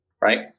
right